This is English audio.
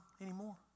anymore